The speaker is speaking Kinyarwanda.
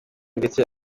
ndetse